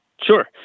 Sure